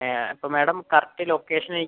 അപ്പോൾ madam correct ലൊക്കേഷന് അയക്ക്